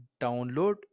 download